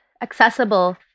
accessible